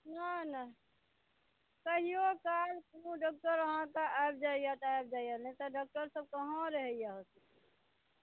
नहि नहि कहियो काल कोनो डॉक्टर अहाँकेँ आबि जाइया तऽ आबि जाइया नहि तऽ डॉक्टर सभ कहाँ रहैया